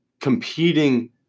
competing